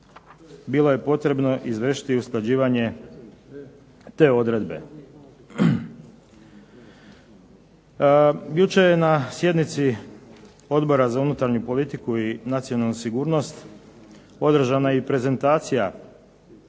bilo je potrebno izvršiti usklađivanje te odredbe. Jučer je na sjednici Odbora za unutarnju politiku i nacionalnu sigurnost, održana prezentacija